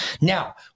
Now